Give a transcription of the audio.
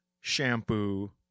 shampoo